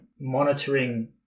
monitoring